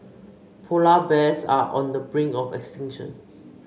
polar bears are on the brink of extinction